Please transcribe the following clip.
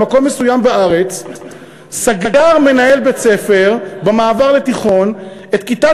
במקום מסוים בארץ סגר מנהל בית-ספר במעבר לתיכון את כיתת